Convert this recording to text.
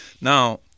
Now